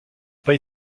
pas